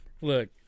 look